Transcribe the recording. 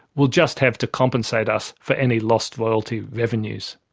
will just have to compensate us for any lost royalty revenues.